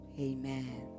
Amen